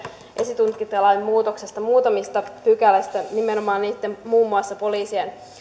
esitutkintalain muutoksesta muutamasta pykälästä nimenomaan muun muassa poliisin